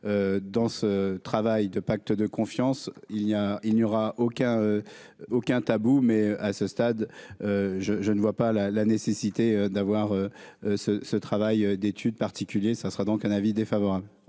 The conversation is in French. dans ce travail de pacte de confiance, il y a, il n'y aura aucun, aucun tabou, mais à ce stade, je, je ne vois pas la la nécessité d'avoir ce ce travail d'étude particulier, ça sera donc un avis défavorable.